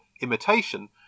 imitation